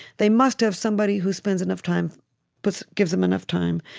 they must have somebody who spends enough time but gives them enough time.